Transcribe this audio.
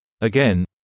Again